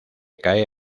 cae